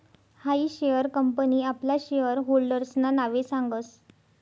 हायी share company आपला share होल्डर्सना नावे सांगस